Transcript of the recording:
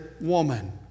woman